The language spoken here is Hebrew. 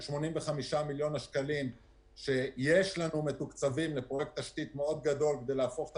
85 מיליון השקלים שמתוקצבים לפרויקט תשתית מאוד גדול כדי להפוך את